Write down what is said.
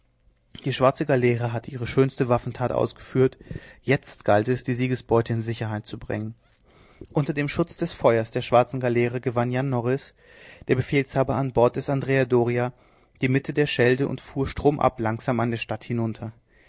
die schwarze galeere hatte ihre schönste waffentat ausgeführt jetzt galt es die siegesbeute in sicherheit zu bringen unter dem schutz des feuers der schwarzen galeere gewann jan norris der befehlshaber an bord des andrea doria die mitte der schelde und fuhr stromab langsam an der stadt hinunter